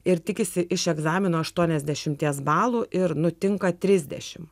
ir tikisi iš egzamino aštuoniasdešimties balų ir nutinka trisdešimt